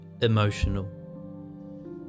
emotional